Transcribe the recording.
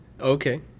Okay